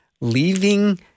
Leaving